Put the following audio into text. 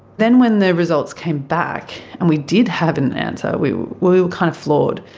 then when the results came back and we did have an answer, we were we were kind of floored.